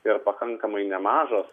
ir pakankamai nemažos